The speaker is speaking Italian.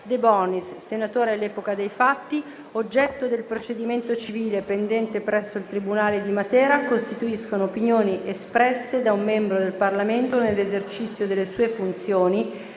rese dal senatore Carlo Calenda, oggetto del procedimento penale pendente presso il Tribunale di Roma, non costituiscono opinioni espresse da un membro del Parlamento nell'esercizio delle sue funzioni